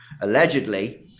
allegedly